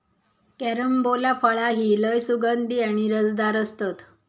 carambola फळा ही लय सुगंधी आणि रसदार असतत